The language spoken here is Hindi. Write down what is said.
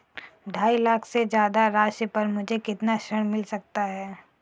ढाई लाख से ज्यादा राशि पर मुझे कितना ऋण मिल सकता है?